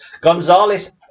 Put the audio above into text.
Gonzalez